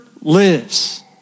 lives